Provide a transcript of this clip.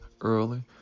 early